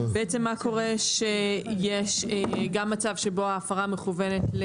מה קורה כשיש גם מצב שבו ההפרה מכוונת,